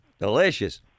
Delicious